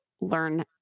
learn